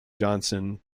johnson